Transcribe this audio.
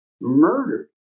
murdered